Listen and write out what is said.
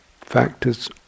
factors